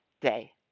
day